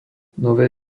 nové